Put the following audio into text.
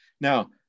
Now